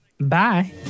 Bye